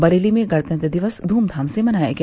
बरेली में गणतंत्र दिवस ध्रमधाम से मनाया गया